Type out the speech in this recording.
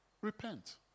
Repent